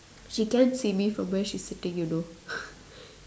she can see me from where she's sitting you know